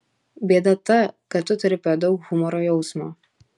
bėda ta kad tu turi per daug humoro jausmo